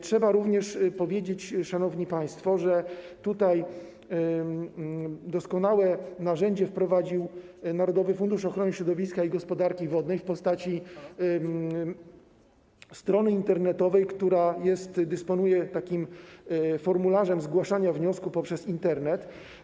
Trzeba również powiedzieć, szanowni państwo, że doskonałe narzędzie wprowadził Narodowy Fundusz Ochrony Środowiska i Gospodarki Wodnej w postaci strony internetowej, która dysponuje takim formularzem zgłaszania wniosku przez Internet.